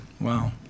Wow